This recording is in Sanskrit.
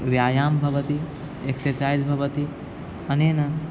व्यायां भवति एक्ससैज् भवति अनेन